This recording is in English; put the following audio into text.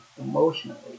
emotionally